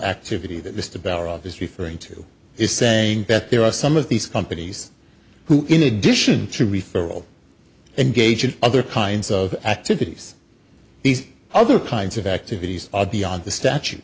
activity that mr bower of is referring to is saying that there are some of these companies who in addition to referral engage in other kinds of activities these other kinds of activities are beyond the statute